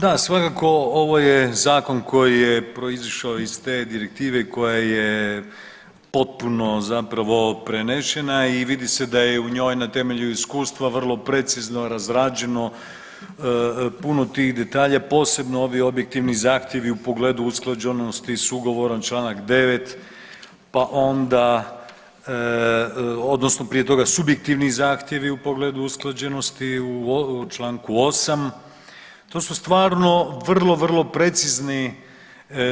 Da svakako ovo je Zakon koji je proizašao iz te Direktive koje ja potpuno zapravo prenesena i vidi se da je u njoj na temelju iskustva vrlo precizno razrađeno puno tih detalja, posebno ovi objektivni zahtjevi u pogledu usklađenosti s ugovorom članak 9., pa onda odnosno prije toga subjektivni zahtjevi u pogledu usklađenosti u članku 8. to su stvarno vrlo, vrlo precizni